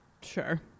Sure